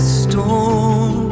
storm